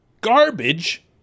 garbage